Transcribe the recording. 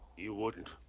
you wouldn't.